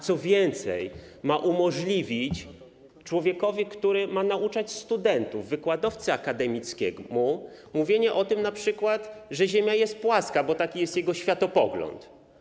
Co więcej, ma umożliwić człowiekowi, który ma nauczać studentów, wykładowcy akademickiemu mówienie np. o tym, że Ziemia jest płaska, bo taki jest jego światopogląd.